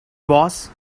boss